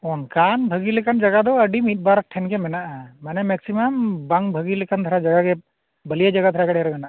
ᱚᱱᱠᱟᱱ ᱵᱷᱟᱹᱜᱤ ᱞᱮᱠᱟᱱ ᱡᱟᱭᱜᱟ ᱫᱚ ᱟᱹᱰᱤ ᱢᱤᱫ ᱵᱟᱨ ᱴᱷᱮᱱ ᱜᱮ ᱢᱮᱱᱟᱜᱼᱟ ᱢᱟᱱᱮ ᱢᱮᱠᱥᱤᱢᱟᱢ ᱵᱟᱝ ᱵᱷᱟᱹᱜᱤ ᱞᱮᱠᱟᱱ ᱫᱷᱟᱨᱟ ᱡᱟᱭᱜᱟ ᱜᱮ ᱵᱟᱹᱞᱤᱭᱟ ᱡᱟᱭᱜᱟ ᱫᱷᱟᱨᱟ ᱜᱮ ᱰᱷᱮᱹᱨ ᱢᱮᱱᱟᱜᱼᱟ